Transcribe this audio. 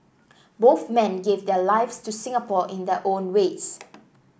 both men gave their lives to Singapore in their own ways